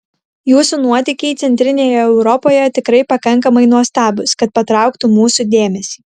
jūsų nuotykiai centrinėje europoje tikrai pakankamai nuostabūs kad patrauktų mūsų dėmesį